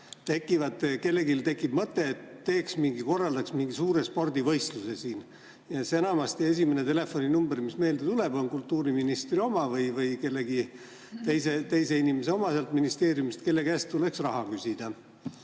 tekib kellelgi mõte, et korraldaks mingi suure spordivõistluse siin. Enamasti esimene telefoninumber, mis meelde tuleb, on kultuuriministri oma või kellegi teise inimese oma sealt ministeeriumist, kelle käest tuleks raha küsida.